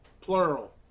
Plural